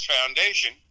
Foundation